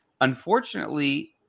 Unfortunately